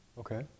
Okay